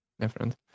different